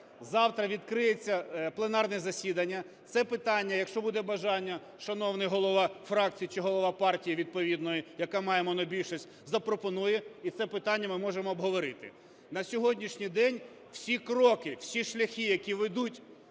Завтра відкриється пленарне засідання, це питання, якщо буде бажання, шановний голова фракції чи голова партії відповідної, яка має монобільшість, запропонує, і це питання ми можемо обговорити. На сьогоднішній день всі кроки, всі шляхи, які ведуть